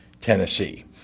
Tennessee